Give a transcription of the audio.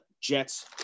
Jets